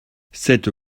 cette